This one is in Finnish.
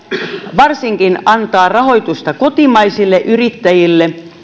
varsinkin antaa rahoitusta kotimaisille yrittäjille